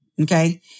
Okay